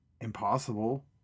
impossible